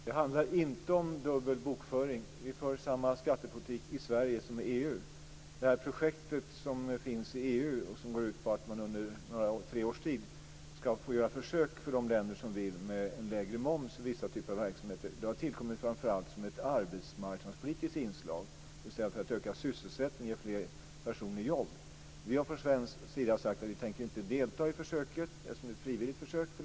Fru talman! Det handlar inte om dubbel bokföring. Vi för samma skattepolitik i Sverige som i EU. Det projekt som finns i EU, och som går ut på att de länder som vill under tre år ska få göra försök med en lägre moms för vissa typer av verksamheter, har framför allt tillkommit som ett arbetsmarknadspolitiskt inslag för att öka sysselsättningen och ge fler personer jobb. Vi i Sverige har sagt att vi inte tänker delta i försöket eftersom det är ett frivilligt försök.